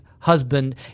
husband